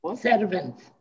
servants